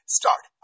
start